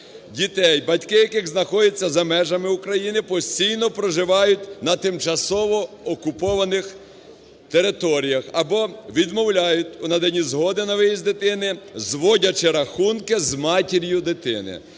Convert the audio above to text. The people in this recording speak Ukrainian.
дітей, батьки яких знаходяться за межами України, постійно проживають на тимчасово окупованих територіях або відмовляють у наданні згоди на виїзд дитини, зводячи рахунки з матір'ю дитини.